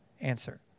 answer